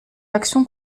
action